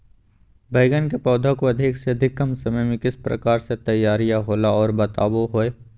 बैगन के पौधा को अधिक से अधिक कम समय में किस प्रकार से तैयारियां होला औ बताबो है?